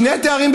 שני תארים,